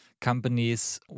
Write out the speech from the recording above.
companies